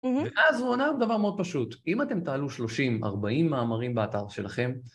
ואז הוא עונה דבר מאוד פשוט, אם אתם תעלו שלושים, ארבעים מאמרים באתר שלכם,